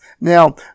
Now